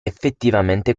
effettivamente